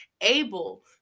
able